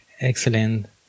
Excellent